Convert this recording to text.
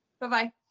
bye-bye